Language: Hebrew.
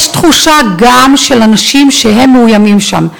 יש גם תחושה של אנשים שהם מאוימים שם.